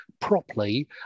properly